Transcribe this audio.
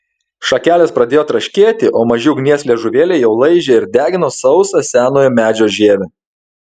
šakelės pradėjo traškėti o maži ugnies liežuvėliai jau laižė ir degino sausą senojo medžio žievę